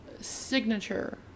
signature